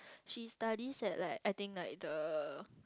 she studies at like I think like the